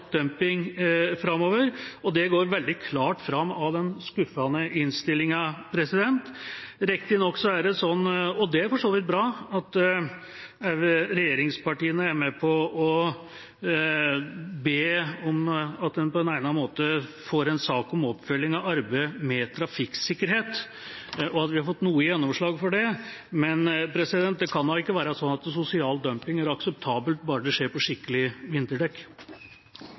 dumping framover. Det går veldig klart fram av den skuffende innstillinga. Riktignok er det sånn – og det er for så vidt bra – at regjeringspartiene er med på å be om at man på en egnet måte får en sak om oppfølging av arbeidet med trafikksikkerhet, og at vi har fått noe gjennomslag for det. Men det kan da ikke være sånn at sosial dumping er akseptabelt bare det skjer på skikkelige vinterdekk.